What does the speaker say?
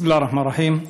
בסם אללה א-רחמאן א-רחים.